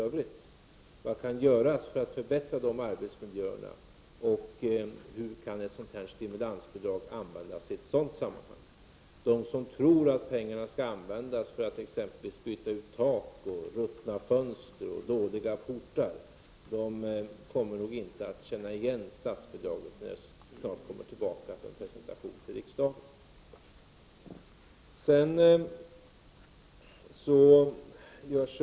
Hur kan ett stimulansbidrag användas i ett sådant sammanhang? De som tror att pengarna skall användas för att exempelvis byta ut tak, ruttna fönster och dåliga portar kommer nog inte att känna igen statsbidraget när förslaget snart kommer tillbaka för presentation i riksdagen.